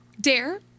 Dare